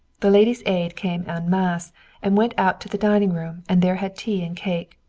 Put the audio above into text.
the ladies' aid came en masse and went out to the dining-room and there had tea and cake.